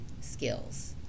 skills